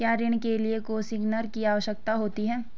क्या ऋण के लिए कोसिग्नर की आवश्यकता होती है?